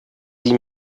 die